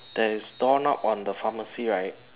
there's door knob on the pharmacy right